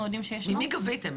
ממי גביתם?